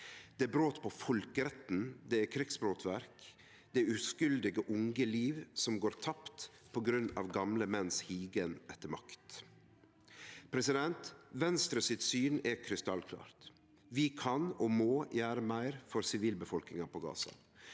Det er brot på folkeretten. Det er krigsbrotsverk. Det er uskuldige unge liv som går tapte på grunn av gamle menn si trå etter makt. Venstres syn er krystallklart: Vi kan – og må – gjere meir for sivilbefolkninga i Gaza.